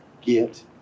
get